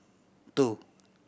two